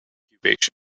incubation